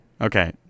Okay